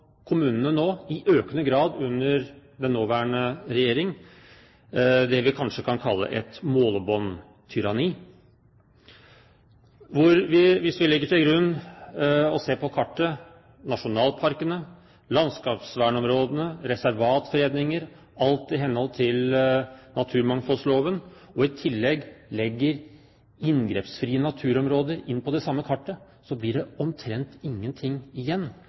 kommunene nå i økende grad, under den nåværende regjering, det vi kanskje kan kalle et målebåndtyranni. Hvis vi ser på kartet og legger til grunn nasjonalparkene, landskapsvernområdene og reservatfredninger på kartet – alt i henhold til naturmangfoldloven – og i tillegg legger inngrepsfrie naturområder inn på det samme kartet, blir det omtrent ingenting igjen